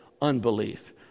unbelief